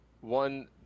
one